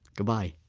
goodbye